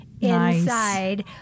inside